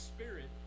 Spirit